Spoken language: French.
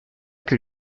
que